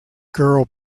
girl